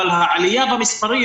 אבל העלייה במספרים